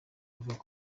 ivuga